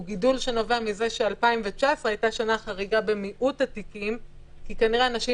הגידול נובע מזה ש-2019 הייתה שנה חריגה במיעוט התיקים כי כנראה אנשים